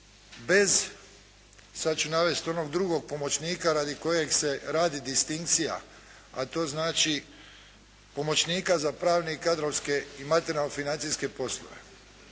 bez, sada ću navesti onog drugog pomoćnika radi kojeg se radi distinkcija a to znači, pomoćnika za pravne, kadrovske i materijalno-financijske poslove.